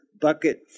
bucket